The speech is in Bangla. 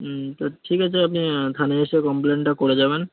হুম তা ঠিক আছে আপনি থানায় এসে কমপ্লেনটা করে যাবেন